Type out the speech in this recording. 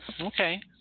Okay